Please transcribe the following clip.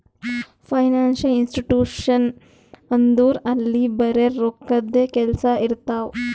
financial institution ಅಂದುರ್ ಅಲ್ಲಿ ಬರೆ ರೋಕ್ಕಾದೆ ಕೆಲ್ಸಾ ಇರ್ತಾವ